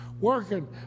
working